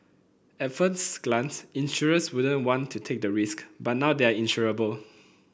at first glance insurers wouldn't want to take the risk but now they are insurable